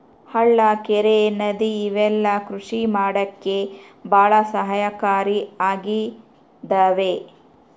ಹಳ್ಳ ಕೆರೆ ನದಿ ಇವೆಲ್ಲ ಕೃಷಿ ಮಾಡಕ್ಕೆ ಭಾಳ ಸಹಾಯಕಾರಿ ಆಗಿದವೆ